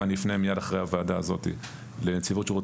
ואני אפנה מיד אחרי הוועדה הזאת לנציבות שירות